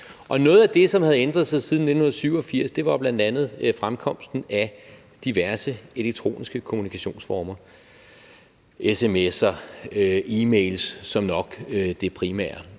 noget af det, som havde ændret sig siden 1987, var jo bl.a. fremkomsten af diverse elektroniske kommunikationsformer – sms'er og e-mails som nok det primære.